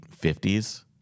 50s